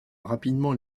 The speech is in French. rapidement